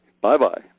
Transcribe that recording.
Bye-bye